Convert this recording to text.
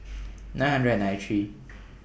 nine hundred and ninety three